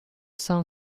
song